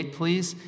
please